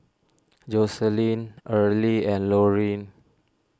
Joycelyn Earlie and Lorine